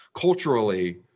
culturally